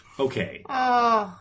Okay